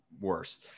worse